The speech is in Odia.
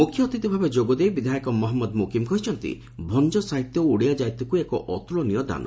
ମୁଖ୍ୟଅତିଥି ଭାବେ ଯୋଗଦେଇ ବିଧାୟକ ମହମ୍ମଦ ମୋକିମ କହିଛନ୍ତି ଭଞ୍ ସାହିତ୍ୟ ଓଡ଼ିଆ ଜାତିକୁ ଏକ ଅତୁଳନୀୟ ଦାନ